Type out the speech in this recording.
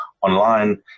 online